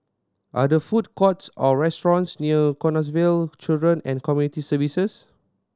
are there food courts or restaurants near Canossaville Children and Community Services